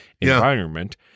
environment